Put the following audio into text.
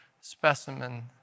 specimen